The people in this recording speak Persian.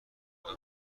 دارن